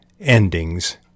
endings